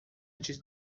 antes